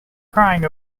crying